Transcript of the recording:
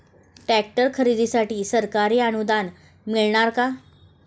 Tractor खरेदीसाठी सरकारी अनुदान मिळणार का?